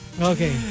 Okay